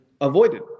avoided